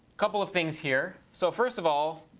couple of things here. so first of all,